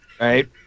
Right